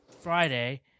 Friday